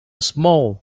small